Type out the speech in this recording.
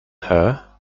hair